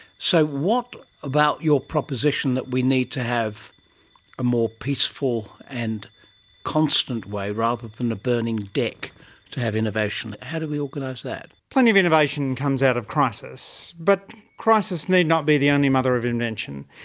so what about your proposition that we need to have a more peaceful and constant way rather than a burning deck to have innovation, and how do we organise that? plenty of innovation comes out of crisis, but crisis need not be the only mother of invention.